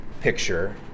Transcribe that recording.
picture